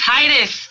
Titus